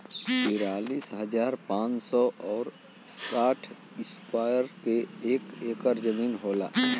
तिरालिस हजार पांच सौ और साठ इस्क्वायर के एक ऐकर जमीन होला